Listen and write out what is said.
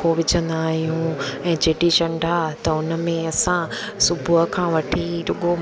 अखो विझंदा आहियूं ऐं चेटीचंड आहे त उन में असां सुबुह खां वठी